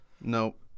Nope